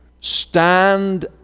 stand